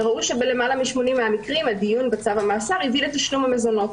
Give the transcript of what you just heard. וראו שבלמעלה מ-80 מהמקרים הדיון בצו המאסר הביא לתשלום המזונות.